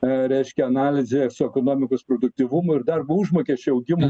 reiškia analizė su ekonomikos produktyvumo ir darbo užmokesčio augimu